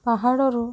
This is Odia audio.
ପାହାଡ଼ରୁ